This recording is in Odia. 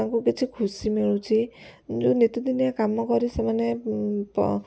ତାଙ୍କୁ କିଛି ଖୁସି ମିଳୁଛି ଯୋଉ ନିତିଦିନିଆ କାମ କରି ସେମାନେ